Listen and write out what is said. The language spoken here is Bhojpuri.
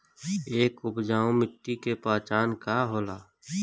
एक उपजाऊ मिट्टी के पहचान का होला?